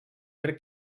crec